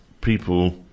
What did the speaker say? people